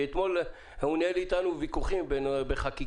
כי אתמול הוא ניהל איתנו ויכוחים בחקיקה,